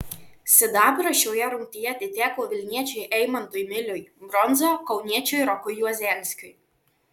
sidabras šioje rungtyje atiteko vilniečiui eimantui miliui bronza kauniečiui rokui juozelskiui